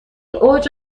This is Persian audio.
اوج